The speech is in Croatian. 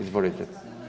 Izvolite.